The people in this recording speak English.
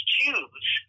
choose